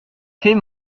fait